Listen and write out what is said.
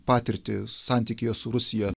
patirtį santykyje su rusija